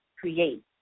create